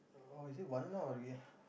oh is it Warna or Ria